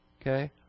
Okay